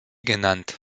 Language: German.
genannt